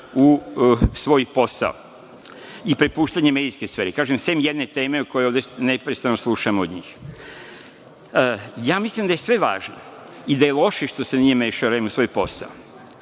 u svoj posao i prepuštanje medijskoj sferi, kažem sem jedne teme o kojoj neprestano vode slušamo od njih. Mislim da je sve važno i da loše što se nije mešao REM u svoj posao.